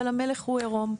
אבל המלך הוא עירום.